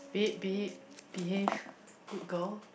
babe babe behave good girl